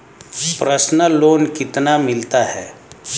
Personal loan कितना मिलता है?